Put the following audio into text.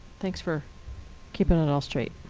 thanks for keeping it all straight.